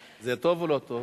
זה טוב או לא טוב?